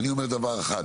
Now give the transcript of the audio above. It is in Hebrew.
אני אומר דבר אחד,